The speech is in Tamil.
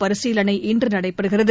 பரிசீலனை இன்று நடைபெறுகிறது